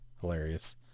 hilarious